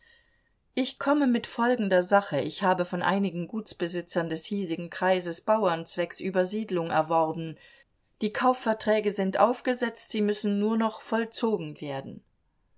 ich komme mit folgender sache ich habe von einigen gutsbesitzern des hiesigen kreises bauern zwecks übersiedlung erworben die kaufverträge sind aufgesetzt sie müssen nur noch vollzogen werden